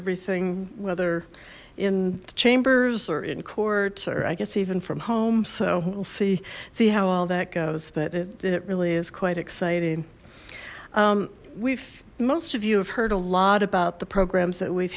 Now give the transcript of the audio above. everything whether in chambers or in court or i guess even from home so we'll see see how all that goes but it really is quite exciting we've most of you have heard a lot about the programs that we've